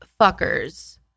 fuckers